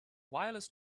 wireless